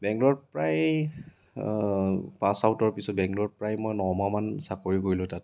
বেংগলোৰত প্ৰায় পাছ আউটৰ পাছত বেংগলোৰত প্ৰায় মই নমাহ মান চাকৰি কৰিলোঁ